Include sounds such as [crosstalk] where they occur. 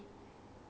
[breath]